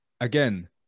again